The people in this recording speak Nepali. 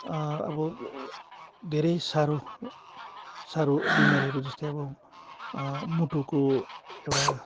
अब धेरै साह्रो साह्रो बिमारीहरू जस्तै अब मुटुको एउटा